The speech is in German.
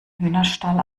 hühnerstall